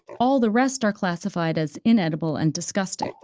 all the rest are classified as inedible and disgusting.